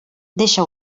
deixa